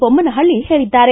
ಬೊಮ್ನನಹಳ್ಳಿ ಹೇಳಿದ್ದಾರೆ